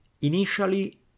Initially